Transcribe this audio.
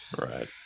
Right